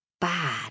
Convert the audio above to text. bad